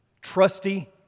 Trusty